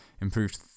improved